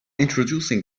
introducing